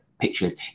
pictures